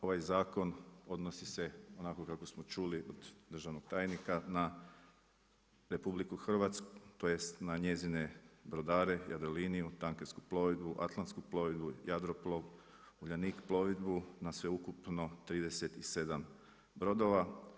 Ovaj zakon odnosi se onako kako smo čuli od državnog tajnika na Republiku Hrvatsku, tj. na njezine brodare, Jadroliniju, Tankersku plovidbu, Atlantsku plovidbu, Jadroplov, Uljanik plovidbu, na sveukupno 37 brodova.